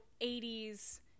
80s